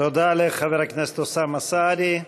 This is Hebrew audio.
תודה לחבר הכנסת אוסאמה סעדי.